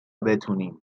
بتونیم